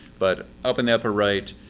but up in the upper right,